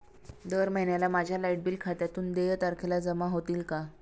दर महिन्याला माझ्या लाइट बिल खात्यातून देय तारखेला जमा होतील का?